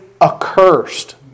accursed